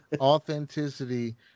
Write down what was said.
authenticity